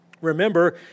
Remember